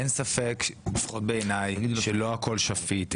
אין ספק, לפחות בעיניי, שלא הכול שפיט.